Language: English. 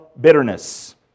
bitterness